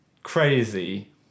crazy